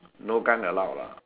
no gun allowed lah